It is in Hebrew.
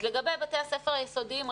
לגבי בתי הספר היסודיים,